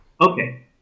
Okay